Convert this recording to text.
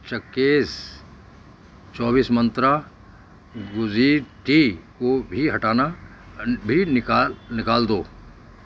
چکیس چوبیس منترا گزی ٹی کو بھی ہٹانا بھی نکال دو